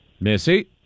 Missy